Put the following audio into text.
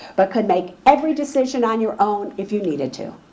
but could make every decision on your own if you needed to.